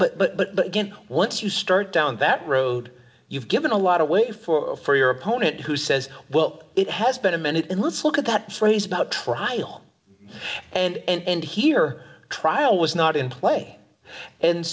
it but again once you start down that road you've given a lot of weight for your opponent who says well it has been a minute and let's look at that phrase about trial and here trial was not in play and